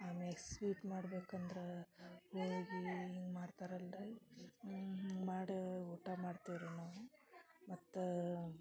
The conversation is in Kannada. ಅಮ್ಯಾಗ ಸ್ವೀಟ್ ಮಾಡ್ಬೇಕು ಅಂದ್ರ ಹೋಗಿ ಹೆಂಗೆ ಮಾಡ್ತರೆ ಅಲ್ರಿ ಮಾಡಿ ಊಟ ಮಾಡ್ತಿವಿ ರೀ ನಾವು ಮತ್ತು